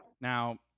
Now